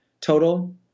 total